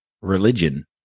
religion